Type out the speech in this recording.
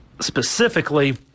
Specifically